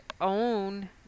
own